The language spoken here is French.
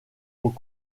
aux